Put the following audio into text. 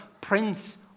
Prince